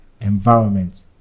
environment